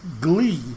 glee